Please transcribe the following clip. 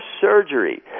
surgery